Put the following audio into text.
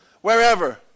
Wherever